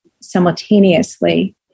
simultaneously